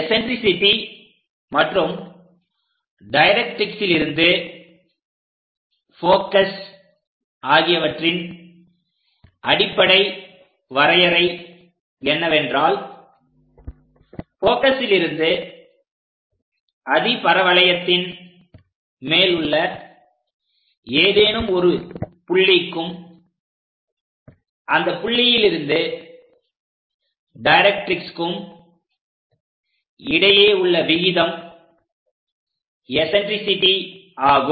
eccentricity மற்றும் டைரக்ட்ரிக்ஸிலிருந்து focus ஆகியவற்றின் அடிப்படை வரையறை என்னவென்றால் போகஸிலிருந்து அதிபரவளையத்தின் மேலுள்ள ஏதேனும் ஒரு புள்ளிக்கும் அந்தப் புள்ளியில் இருந்து டைரக்ட்ரிக்ஸ்க்கும் இடையே உள்ள விகிதம் எஸன்ட்ரிசிட்டி ஆகும்